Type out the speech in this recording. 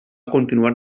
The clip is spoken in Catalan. continuar